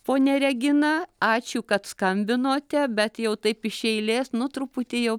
ponia regina ačiū kad skambinote bet jau taip iš eilės nu truputi jau